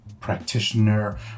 practitioner